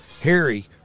Harry